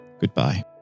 goodbye